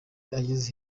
ugeze